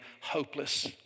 hopeless